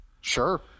Sure